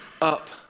Up